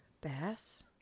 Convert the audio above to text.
bass